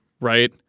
right